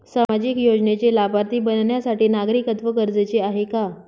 सामाजिक योजनेचे लाभार्थी बनण्यासाठी नागरिकत्व गरजेचे आहे का?